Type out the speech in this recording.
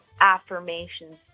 affirmations